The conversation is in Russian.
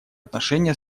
отношения